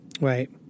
Right